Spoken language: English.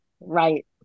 right